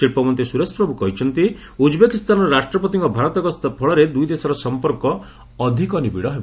ଶିଳ୍ପମନ୍ତ୍ରୀ ସୁରେଶ ପ୍ରଭୁ କହିଛନ୍ତି ଉଜ୍ବେକିସ୍ଥାନର ରାଷ୍ଟ୍ରପତିଙ୍କ ଭାରତଗସ୍ତ ଫଳରେ ଦୁଇଦେଶର ସମ୍ପର୍କ ଅଧିକ ନିବିଡ ହେବ